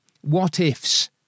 what-ifs